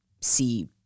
see